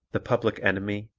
the public enemy,